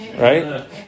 right